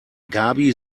gaby